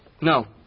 No